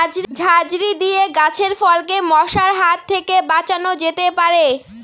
ঝাঁঝরি দিয়ে গাছের ফলকে মশার হাত থেকে বাঁচানো যেতে পারে?